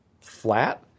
flat